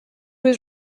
was